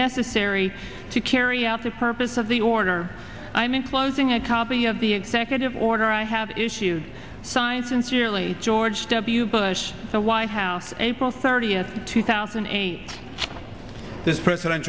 necessary to carry out the purpose of the order i am in closing a copy of the executive order i have issued signed sincerely george w bush the white house april thirtieth two thousand and eight this president